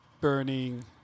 burning